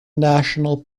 national